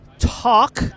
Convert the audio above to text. talk